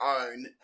own